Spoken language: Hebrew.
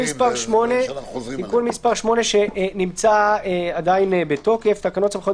תיקון מס' 8 שנמצא עדיין בתוקף תקנות סמכויות